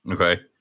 Okay